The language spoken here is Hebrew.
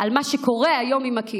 אלא על מה שקורה היום עם הקהילה.